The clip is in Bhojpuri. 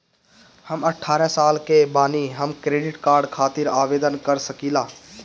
हम अठारह साल के बानी हम क्रेडिट कार्ड खातिर आवेदन कर सकीला?